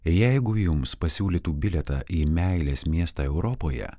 jeigu jums pasiūlytų bilietą į meilės miestą europoje